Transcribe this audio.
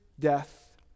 death